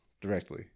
directly